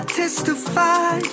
testify